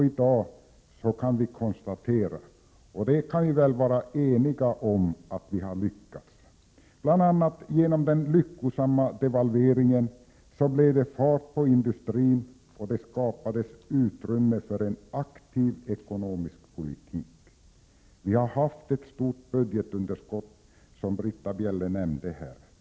I dag kan vi konstatera att vi har lyckats, vilket alla väl kan vara eniga om. Bl. a. genom den lyckosamma devalveringen blev det fart på industrin och det skapades utrymme för en aktiv ekonomisk politik. Vi har, som Britta Bjelle här nämnde, haft ett stort budgetunderskott.